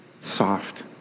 soft